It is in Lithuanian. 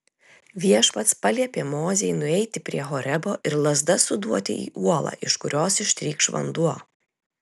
viešpats paliepė mozei nueiti prie horebo ir lazda suduoti į uolą iš kurios ištrykš vanduo